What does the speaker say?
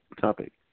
topic